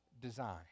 design